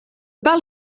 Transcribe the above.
parle